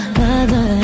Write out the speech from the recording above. mother